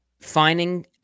Finding